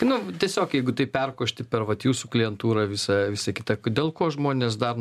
nu tiesiog jeigu tai perkošti per vat jūsų klientūrą visa visa kita dėl ko žmonės dar